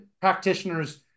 practitioners